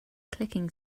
clicking